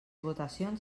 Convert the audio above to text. votacions